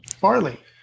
barley